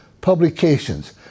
publications